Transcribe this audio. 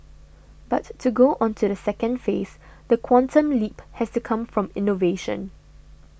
but to go on to the second phase the quantum leap has to come from innovation